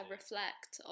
reflect